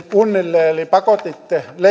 kunnille eli pakotitte